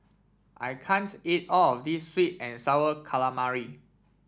I can't eat all of this sweet and sour calamari